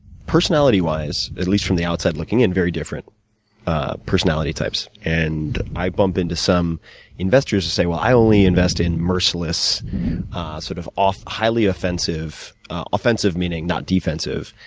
personality wise, at least from the outside looking in, very different personality types. and, i bump into some investors who say, well, i only invest in merciless sort of highly offensive offensive meaning not defensive,